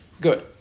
Good